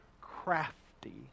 crafty